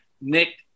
Nick